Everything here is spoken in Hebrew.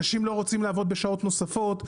אנשים לא רוצים לעבוד בשעות נוספות,